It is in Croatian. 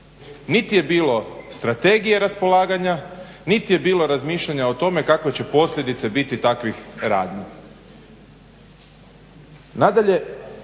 nit je bilo strategije raspolaganja, nit je bilo razmišljanja o tome kakve će posljedice biti takvih radnji.